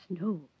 no